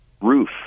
roof